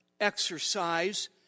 exercise